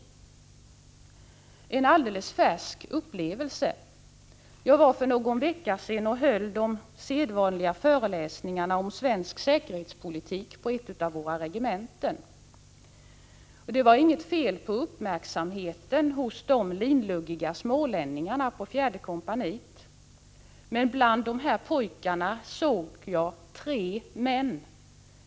Jag skall berätta om en alldeles färsk upplevelse. Jag var för någon vecka 95 sedan och höll de sedvanliga föreläsningarna om svensk säkerhetspolitik på ett av våra regementen. Det var inget fel på uppmärksamheten hos de linluggiga smålänningarna på fjärde kompaniet. Men bland dessa pojkar såg jag tre män.